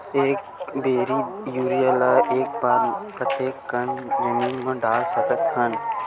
एक बोरी यूरिया ल एक बार म कते कन जमीन म डाल सकत हन?